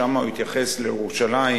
שם הוא התייחס לירושלים,